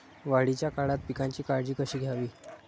वाढीच्या काळात पिकांची काळजी कशी घ्यावी?